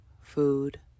food